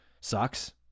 sucks